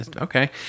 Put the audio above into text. Okay